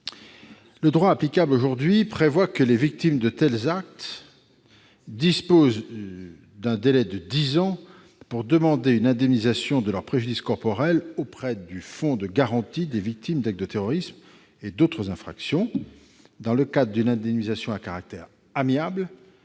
Le droit applicable aujourd'hui prévoit que les victimes de tels actes disposent d'un délai de dix ans pour demander une indemnisation de leurs préjudices corporels auprès du fonds de garantie des victimes des actes de terrorisme et d'autres infractions, le FGTI, dans le cadre d'une indemnisation au caractère amiable,